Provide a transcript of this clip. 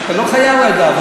אתה לא חייב לדעת.